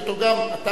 אתה הרי חושב